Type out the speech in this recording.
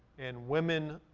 and women